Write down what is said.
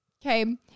Okay